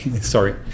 sorry